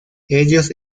ellos